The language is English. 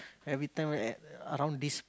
every time at around this